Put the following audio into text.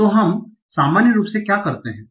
तो हम सामान्य रूप से क्या करते हैं